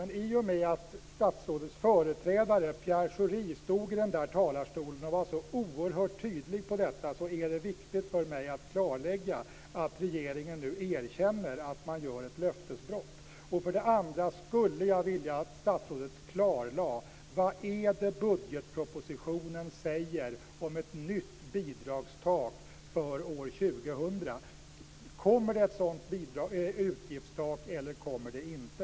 Men i och med att statsrådets företrädare stod i talarstolen och var så oerhört tydlig om detta är det viktigt för mig att regeringen nu erkänner att man begår ett löftesbrott. Dessutom skulle jag vilja att statsrådet klarlade vad budgetpropositionen säger om ett nytt bidragstak för år 2000. Kommer ett sådant utgiftstak eller kommer det inte?